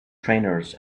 trainers